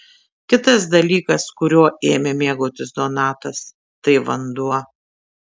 kitas dalykas kuriuo ėmė mėgautis donatas tai vanduo